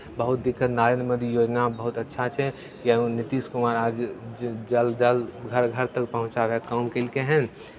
बहुत दिक्कत नरेन्द्र मोदी योजना बहुत अच्छा छै यहुँ नीतीश कुमार आज ज जल घर घर तक पहुँचाबयके काम केलकै हन